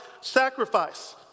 sacrifice